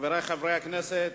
חברי חברי הכנסת,